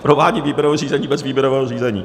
Prováděl výběrové řízení bez výběrového řízení.